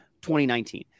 2019